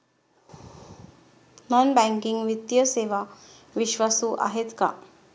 Non banking वित्तीय सेवा विश्वासू आहेत का?